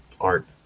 art